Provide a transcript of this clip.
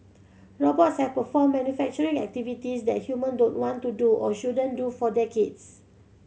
robots have performed manufacturing activities that human don't want to do or shouldn't do for decades